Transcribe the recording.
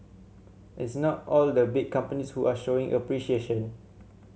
it's not all the big companies who are showing appreciation